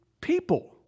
People